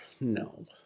No